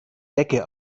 decke